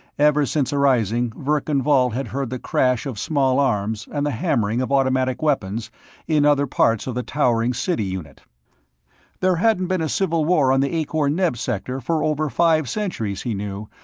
ever since arising, verkan vall had heard the crash of small arms and the hammering of automatic weapons in other parts of the towering city-unit. there hadn't been a civil war on the akor-neb sector for over five centuries, he knew,